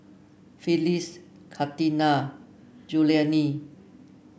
Phyliss Katina Julianne